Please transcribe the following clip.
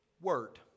word